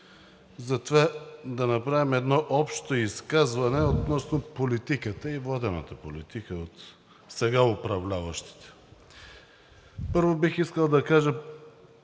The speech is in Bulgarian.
затова да направим едно общо изказване относно политиката и водената политика от сега управляващите. Първо, бих искал да